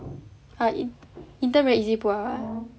ah intern very easy pull up ah